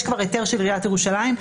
יש כבר היתר של עיריית ירושלים.